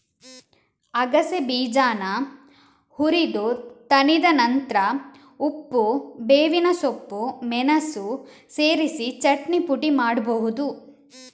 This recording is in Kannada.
ಅಗಸೆ ಬೀಜಾನ ಹುರಿದು ತಣಿದ ನಂತ್ರ ಉಪ್ಪು, ಬೇವಿನ ಸೊಪ್ಪು, ಮೆಣಸು ಸೇರಿಸಿ ಚಟ್ನಿ ಪುಡಿ ಮಾಡ್ಬಹುದು